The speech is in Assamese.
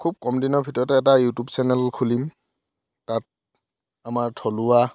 খুব কম দিনৰ ভিতৰতে এটা ইউটিউব চেনেল খুলিম তাত আমাৰ থলুৱা